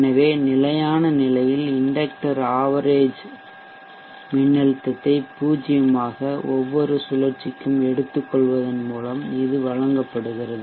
எனவே நிலையான நிலையில் இண்டெக்டர் ஆவரேஜ்சராசரிமின்னழுத்தத்தை பூஜ்ஜியமாக ஒவ்வொரு சுழற்சிக்கும் எடுத்துக்கொள்வதன் மூலம் இது வழங்கப்படுகிறது